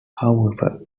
however